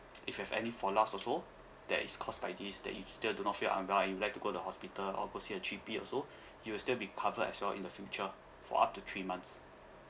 if you have any follow ups also that is caused by this that if you still do not feel unwell and you would like to go to hospital or go see a G_P also you will still be covered as well in the future for up to three months